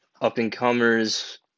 up-and-comers